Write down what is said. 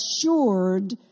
assured